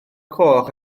coch